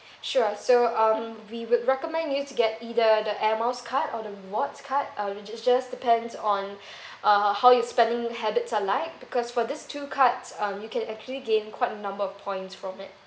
sure so um we would recommend you to get either the air miles card or the rewards card uh it will just depends on uh how your spending habits are like because for these two cards um you can actually gain quite a number of points from it